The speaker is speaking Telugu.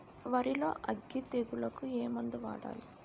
వరిలో అగ్గి తెగులకి ఏ మందు వాడాలి?